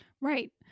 Right